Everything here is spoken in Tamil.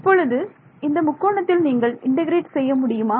இப்பொழுது இந்த முக்கோணத்தில் நீங்கள் இன்டெகிரேட் செய்ய முடியுமா